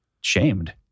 shamed